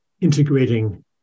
integrating